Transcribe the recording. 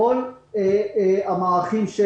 מבחינת המערכים: